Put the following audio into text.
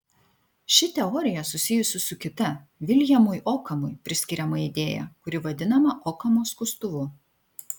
ši teorija susijusi su kita viljamui okamui priskiriama idėja kuri vadinama okamo skustuvu